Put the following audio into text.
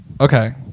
Okay